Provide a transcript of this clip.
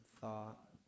thought